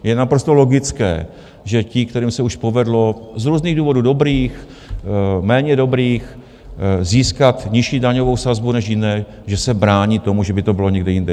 Je naprosto logické, že ti, kterým se už povedlo z různých důvodů dobrých nebo méně dobrých získat nižší daňovou sazbu než jiné, že se brání tomu, že by to bylo někde jinde.